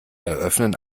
eröffnen